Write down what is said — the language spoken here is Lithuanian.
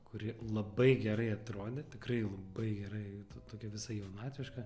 kuri labai gerai atrodė tikrai labai gerai tokia visa jaunatviška